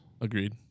Agreed